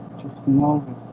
just molded